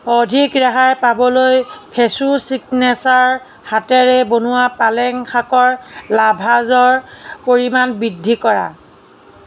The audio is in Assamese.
অধিক ৰেহাই পাবলৈ ফ্ৰেছো চিগনেচাৰ হাতেৰে বনোৱা পালেং শাকৰ লাভাৰ্জৰ পৰিমাণ বৃদ্ধি কৰা